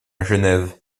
genève